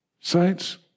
Saints